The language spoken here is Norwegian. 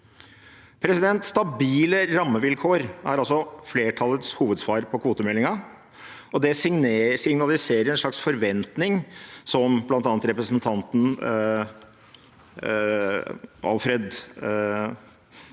trålflåten. Stabile rammevilkår er altså flertallets hovedsvar på kvotemeldingen, og det signaliserer en slags forventning, som bl.a. representanten Alfred …